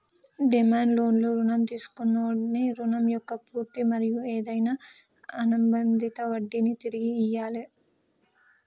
demand లోన్లు రుణం తీసుకొన్నోడి రుణం మొక్క పూర్తి మరియు ఏదైనా అనుబందిత వడ్డినీ తిరిగి ఇయ్యాలి